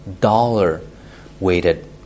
dollar-weighted